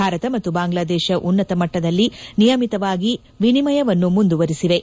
ಭಾರತ ಮತ್ತು ಬಾಂಗ್ಲಾದೇಶ ಉನ್ನತ ಮಟ್ವದಲ್ಲಿ ನಿಯಮಿತವಾಗಿ ವಿನಿಮಯವನ್ನು ಮುಂದುವರಿಸಿವೆ